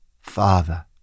Father